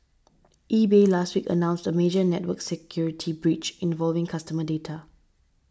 eBay last week announced a major network security breach involving customer data